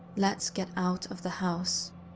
let's get out of the house.